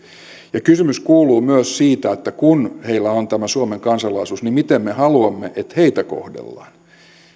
kysymys kuuluu myös että kun heillä on tämä suomen kansalaisuus niin miten me haluamme että heitä kohdellaan